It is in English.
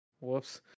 whoops